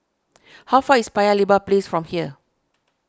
how far away is Paya Lebar Place from here